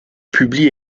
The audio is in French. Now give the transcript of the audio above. publie